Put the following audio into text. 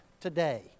today